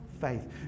faith